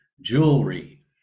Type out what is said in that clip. jewelry